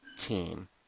team